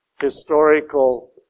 historical